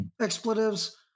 expletives